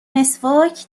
مسواک